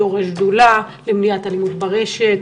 יושב-ראש השדולה למניעת אלימות ברשת.